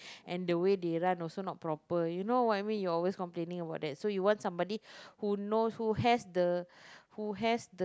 and the way they run also not proper you know what I mean you always complaining about that so you want somebody who know who has the who has